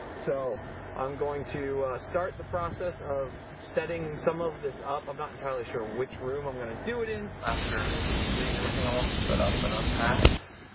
so i'm going to start the process of setting some of this up. i'm not entirely sure which room i'm gonna do it in. after getting everything all set up and unpacked,